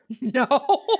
No